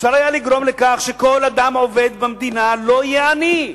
אפשר היה לגרום לכך שכל אדם עובד במדינה לא יהיה עני.